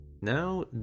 Now